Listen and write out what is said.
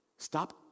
Stop